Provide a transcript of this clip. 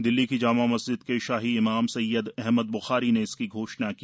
दिल्ली की जामा मस्जिद के शाही इमाम सैय्यद अहमद ब्खारी ने इसकी घोषणा की